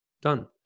Done